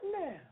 now